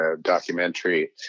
documentary